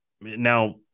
Now